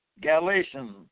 Galatians